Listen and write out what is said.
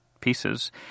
pieces